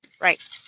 right